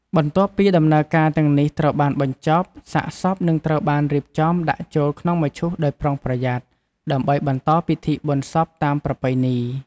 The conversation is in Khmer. បន្ទាប់ពីដំណើរការទាំងនេះត្រូវបានបញ្ចប់ សាកសពនឹងត្រូវបានរៀបចំដាក់ចូលទៅក្នុងមឈូសដោយប្រុងប្រយ័ត្ន ដើម្បីបន្តពិធីបុណ្យសពតាមប្រពៃណី។